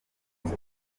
mike